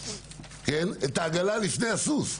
את העגלה לפני הסוס?